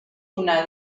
una